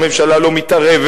הממשלה לא מתערבת.